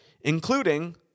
including